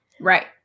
Right